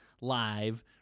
live